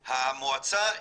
המועצה,